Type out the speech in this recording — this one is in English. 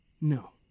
No